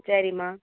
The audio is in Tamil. சரிம்மா